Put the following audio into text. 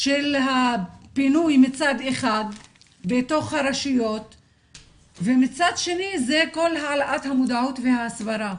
-- של הפינוי מצד אחד בתוך הרשויות ומצד שני כל העלאת המודעות וההסברה.